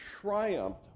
triumphed